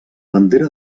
bandera